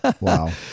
Wow